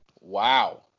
Wow